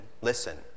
Listen